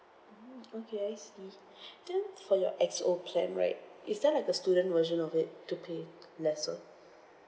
mm okay I see then for your X_O plan right is there like a student version of it to pay lesser